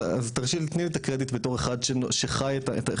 אז תתני לי את הקרדיט בתור אחד שחי את התופעה.